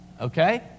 Okay